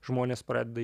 žmonės pradeda